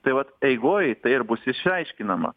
tai vat eigoj tai ir bus išaiškinama